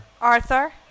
Arthur